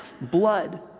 blood